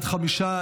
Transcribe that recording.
הצבעה.